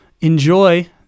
enjoy